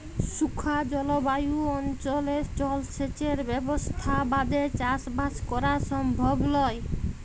শুখা জলভায়ু অনচলে জলসেঁচের ব্যবসথা বাদে চাসবাস করা সমভব লয়